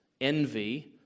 envy